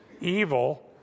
evil